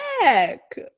back